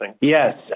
Yes